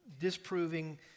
disproving